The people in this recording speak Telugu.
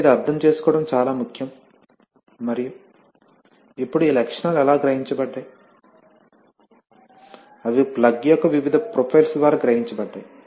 కాబట్టి ఇది అర్థం చేసుకోవడం చాలా ముఖ్యం మరియు ఇప్పుడు ఈ లక్షణాలు ఎలా గ్రహించబడ్డాయి అవి ప్లగ్ యొక్క వివిధ ప్రొఫైల్స్ ద్వారా గ్రహించబడ్డాయి